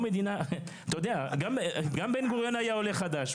גם בן גוריון היה עולה חדש.